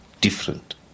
different